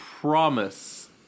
promise